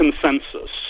consensus